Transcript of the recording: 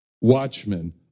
watchmen